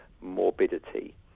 morbidity